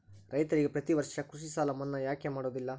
ರೈತರಿಗೆ ಪ್ರತಿ ವರ್ಷ ಕೃಷಿ ಸಾಲ ಮನ್ನಾ ಯಾಕೆ ಮಾಡೋದಿಲ್ಲ?